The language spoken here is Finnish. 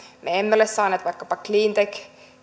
me emme ole saaneet vaikkapa cleantech